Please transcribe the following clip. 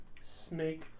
snake